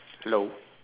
hello